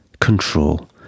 control